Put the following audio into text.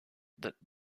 datent